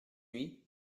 nuit